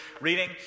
reading